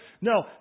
No